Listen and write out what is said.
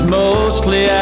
mostly